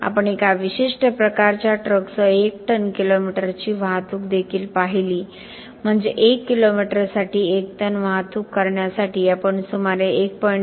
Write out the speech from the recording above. आपण एका विशिष्ट प्रकारच्या ट्रकसह 1 टन किलोमीटरची वाहतूक देखील पाहिली म्हणजे 1 किलोमीटरसाठी 1 टन वाहतूक करण्यासाठी आम्ही सुमारे 1